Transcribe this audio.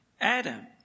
Adam